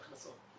הכנסות.